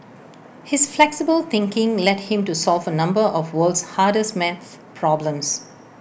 his flexible thinking led him to solve A number of world's hardest math problems